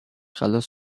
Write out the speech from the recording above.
خلاص